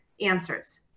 answers